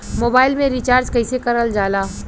Mobile में recharge कइसे करल जाला?